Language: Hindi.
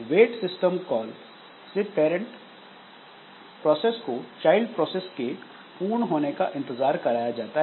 वेट सिस्टम कॉल से पैरंट प्रोसेस को चाइल्ड प्रोसेस के पूर्ण होने का इंतजार कराया जाता है